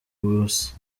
busa